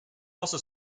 also